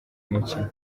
mukino